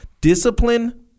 Discipline